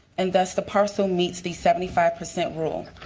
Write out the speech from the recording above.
and that's the parcel meets the seventy five percent rule.